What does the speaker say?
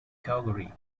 calgary